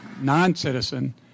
non-citizen